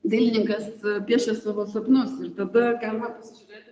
dailininkas piešia savo sapnus ir tada galima pasižiūrėti